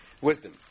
wisdom